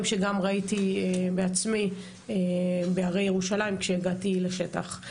שגם ראיתי בעצמי בהרי ירושלים כשהגעתי לשטח.